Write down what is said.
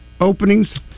openings